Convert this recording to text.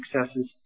successes